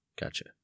Gotcha